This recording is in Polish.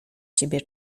ciebie